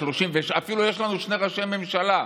אפילו יש לנו שני ראשי ממשלה,